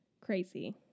crazy